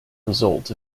result